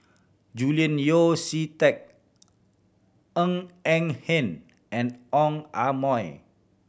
Julian Yeo See Teck Ng Eng Hen and Ong Ah